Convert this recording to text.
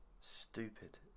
Stupid